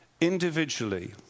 individually